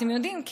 אתם יודעים,